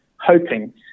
hoping